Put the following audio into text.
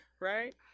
right